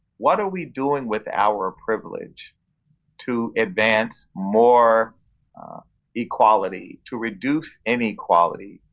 what are we doing with our privilege to advance more equality, to reduce inequality,